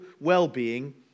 well-being